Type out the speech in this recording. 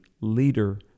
leader